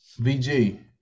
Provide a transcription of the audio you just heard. VG